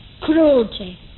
cruelty